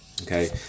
Okay